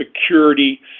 security